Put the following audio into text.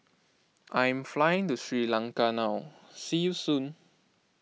I am flying to Sri Lanka now see you soon